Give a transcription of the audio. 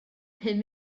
pum